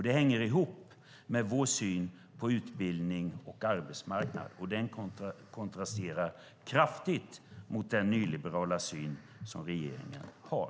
Det hänger ihop med vår syn på utbildning och arbetsmarknad, och den kontrasterar kraftigt mot den nyliberala syn som regeringen har.